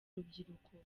rubyiruko